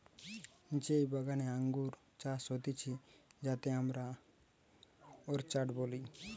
যেই বাগানে আঙ্গুর চাষ হতিছে যাতে আমরা অর্চার্ড বলি